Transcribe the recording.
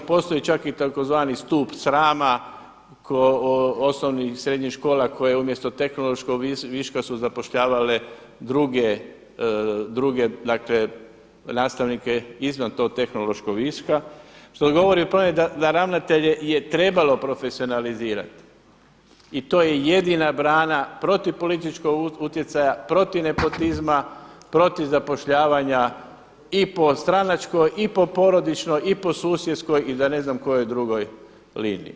Postoji čak i tzv. stup srama osnovnih i srednjih škola koje umjesto tehnološkog viška su zapošljavale druge nastavnike izvan tog tehnološkog viška, što govori o tome da ravnatelje je trebalo profesionalizirati i to je jedina brana protiv političkog utjecaja, protiv nepotizma, protiv zapošljavanja i po stranačkoj, i po porodičnoj, i po susjedskoj i da ne znam kojoj drugoj liniji.